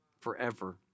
forever